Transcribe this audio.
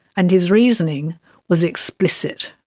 and his reasoning was explicit.